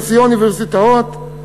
נשיאי אוניברסיטאות,